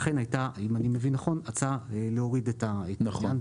לכן, הייתה הצעה להוריד את --- אנחנו